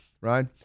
right